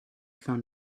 found